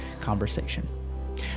conversation